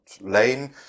lane